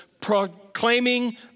proclaiming